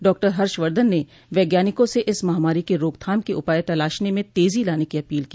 doctor Harshvardhan ने वैज्ञानिकों से इस महामारी की रोकथाम के उपाय तलाशने में तेजी लाने की अपील की